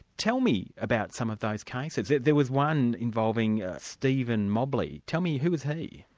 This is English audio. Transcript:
tell me about some of those cases. there was one involving stephen mobley tell me, who was he?